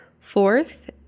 fourth